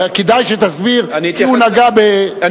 כדאי שתסביר, כי הוא נגע בביקורת רצינית.